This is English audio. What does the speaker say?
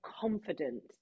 confident